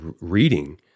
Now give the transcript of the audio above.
reading